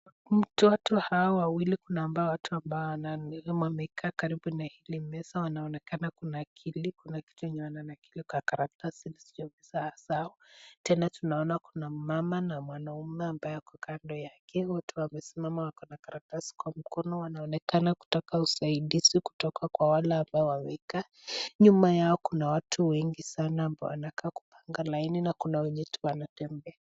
Mtoto hawa wawili kuna hao ambao wanaambiana, wamekaa karibu na meza na kunakili, kuna kitu wananakili kwenye karatasi zao tena tunaona kuna mama na mwanamume ako kando yake wamesimama wako ana karatasi kwa mkono wanaonekana kutaka usaidizi kutoka kwa wame ambal wamekaa. Nyuma yao kuna watu wengi sana wanakaa kuoanga laini na kuna wenye wanatembea.